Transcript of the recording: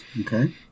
Okay